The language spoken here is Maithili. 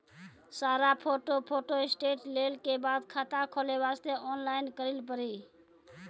सारा फोटो फोटोस्टेट लेल के बाद खाता खोले वास्ते ऑनलाइन करिल पड़ी?